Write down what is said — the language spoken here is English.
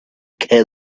kid